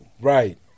Right